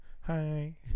Hi